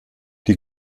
die